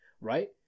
right